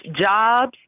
jobs